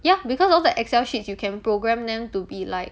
ya because all the excel sheets you can program them to be like